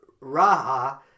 raha